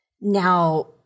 Now